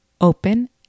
open